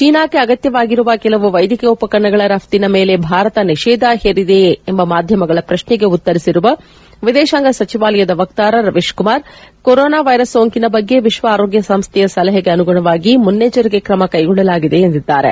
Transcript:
ಚೀನಾಕ್ಕೆ ಅಗತ್ತವಾಗಿರುವ ಕೆಲವು ವೈದ್ಯಕೀಯ ಉಪಕರಣಗಳ ರಷ್ತಿನ ಮೇಲೆ ಭಾರತ ನಿಷೇಧ ಹೇರಿದೆಯೇ ಎಂಬ ಮಾಧ್ಯಮಗಳ ಪ್ರಶ್ನೆಗೆ ಉತ್ತರಿಸಿರುವ ವಿದೇಶಾಂಗ ಸಚಿವಾಲಯದ ವಕ್ತಾರ ರವೀಶ್ ಕುಮಾರ್ ಕೊರೊನಾ ವೈರಸ್ ಸೋಂಕಿನ ಬಗ್ಗೆ ವಿಶ್ವ ಆರೋಗ್ಯ ಸಂಸ್ಥೆಯ ಸಲಹೆಗೆ ಅನುಗುಣವಾಗಿ ಮುನ್ನೆಚ್ವರಿಕೆ ಕ್ರಮಕ್ಕೆಗೊಳ್ಳಲಾಗಿದೆ ಎಂದಿದ್ದಾರೆ